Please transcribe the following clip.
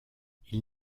ils